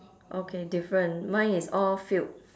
okay different mine is all filled